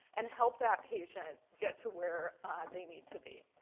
and help that patient get to where they need to be.